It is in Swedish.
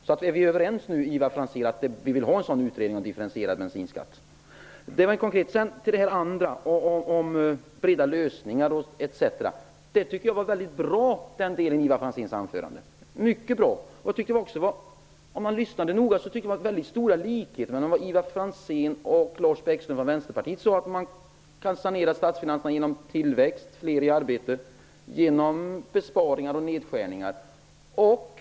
Är vi alltså överens om en utredning om en differentierad bensinskatt? Ivar Franzén talar om breda lösningar. Den delen tycker jag var väldigt bra i hans anförande. Om man lyssnade noga upptäckte man väldigt stora likheter mellan Ivar Franzén och Lars Bäckström, t.ex. detta att man skall sanera statsfinanserna genom tillväxt, fler arbeten, besparingar och nedskärningar.